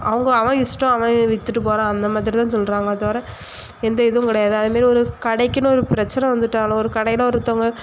அவங்க அவன் இஷ்டம் அவன் விற்றுட்டு போகறான் அந்தமாதிரி தான் சொல்லுறாங்க தவிர எந்த இதுவும் கிடையாது அதுமாரி ஒரு கடைக்குன்னு ஒரு பிரச்சனை வந்துவிட்டாலோ ஒரு கடைன்னா ஒருத்தவங்க